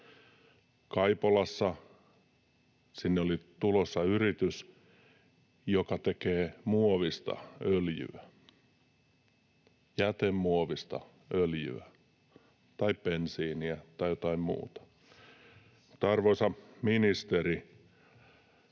Kaipolaan oli tulossa yritys, joka tekee muovista öljyä — jätemuovista öljyä tai bensiiniä tai jotain muuta. Mutta, arvoisa ministeri,